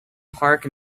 parc